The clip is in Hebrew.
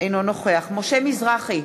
אינו נוכח משה מזרחי,